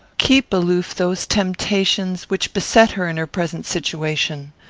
keep aloof those temptations which beset her in her present situation.